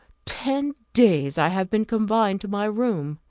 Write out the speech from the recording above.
ten days i have been confined to my room.